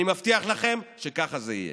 אני מבטיח לכם שככה זה יהיה.